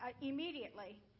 immediately